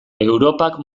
europak